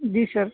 जी sir